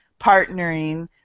partnering